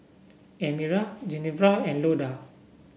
Elmyra Genevra and Loda